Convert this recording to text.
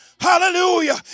hallelujah